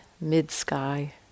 mid-sky